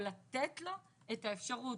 או לתת לו את האפשרות,